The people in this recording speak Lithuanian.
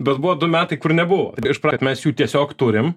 bet buvo du metai kur nebuvo iš pra mes jų tiesiog turim